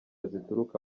zituruka